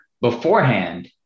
beforehand